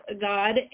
God